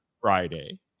Friday